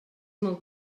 molt